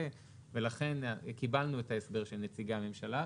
ולכן קיבלנו את ההסבר של נציגי הממשלה,